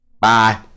Bye